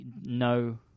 no